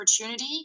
opportunity